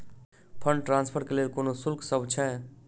Fund transfer केँ लेल कोनो शुल्कसभ छै?